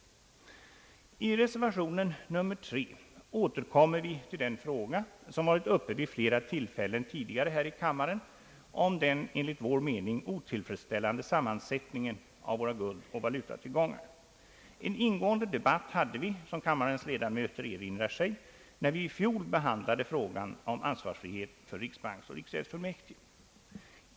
I reservationen nr 3 återkommer vi till den fråga som varit uppe vid flera tillfällen tidigare här i kammaren om den enligt min mening otillfredsställande sammansättningen av våra guldoch valutatillgångar. En ingående debatt hade vi, som kammarens ledamöter erinrar sig, när vi i fjol behandlade frågan om ansvarsfrihet för riksbanksoch riksgäldsfullmäktige.